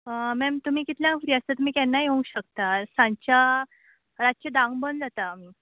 ma'am तुमी कितल्यांग free आसता तुमी केन्ना येवंक शकतात सांच्या रातचें धांक बन जाता आमी